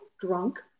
drunk